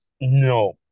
No